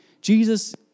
Jesus